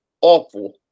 awful